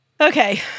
Okay